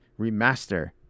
remaster